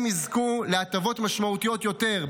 הם יזכו להטבות משמעותיות יותר,